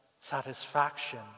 satisfaction